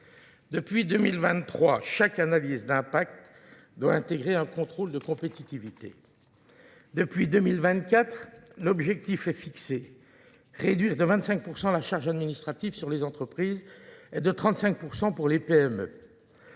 Depuis 2023, chaque analyse d'impact doit intégrer un contrôle de compétitivité. Depuis 2024, l'objectif est fixé. Réduire de 25% la charge administrative sur les entreprises et de 35% pour les PME.